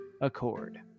accord